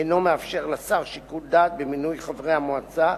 אינו מאפשר לשר שיקול דעת במינוי חברי המועצה,